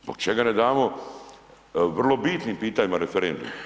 Zbog čega ne damo vrlo bitnim pitanjima referendum?